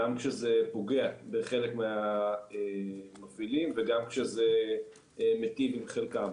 גם כשזה פוגע בחלק מהמפעילים וגם כשזה מיטיב עם חלקם.